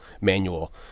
Manual